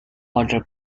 other